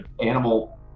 Animal